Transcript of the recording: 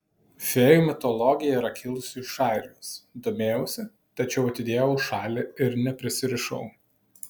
fėjų mitologija yra kilusi iš airijos domėjausi tačiau atidėjau į šalį ir neprisirišau